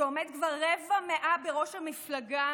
שעומד כבר רבע מאה בראש מפלגה